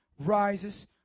rises